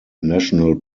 national